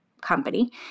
company